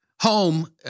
Home